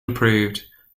improved